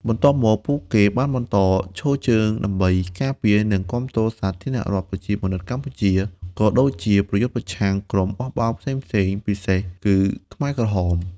បន្ទាប់មកពួកគេបានបន្តឈរជើងដើម្បីការពារ និងគាំទ្រសាធារណរដ្ឋប្រជាមានិតកម្ពុជា ក៏ដូចជាប្រយុទ្ធប្រឆាំងក្រុមបះបោរផ្សេងៗ ពិសេសគឺខ្មែរក្រហម។